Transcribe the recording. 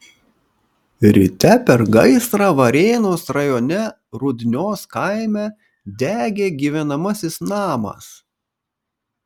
ryte per gaisrą varėnos rajone rudnios kaime degė gyvenamasis namas